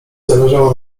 zależało